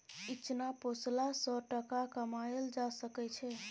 इचना पोसला सँ टका कमाएल जा सकै छै